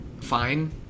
fine